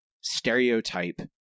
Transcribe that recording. stereotype